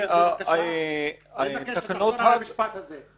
אני מבקש שתחזור על המשפט הזה.